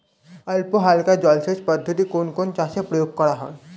অল্পহালকা জলসেচ পদ্ধতি কোন কোন চাষে প্রয়োগ করা হয়?